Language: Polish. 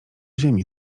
ziemi